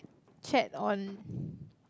chat on